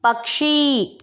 पक्षी